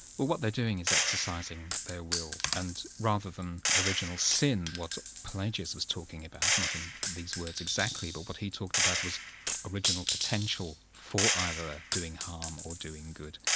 well what they're doing is exercising their will, and rather than original sin, what pelagius was talking about, not in these words exactly, but what he talked about was original potential for either doing harm or doing good.